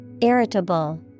Irritable